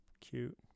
Cute